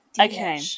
Okay